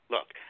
Look